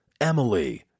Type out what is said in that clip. Emily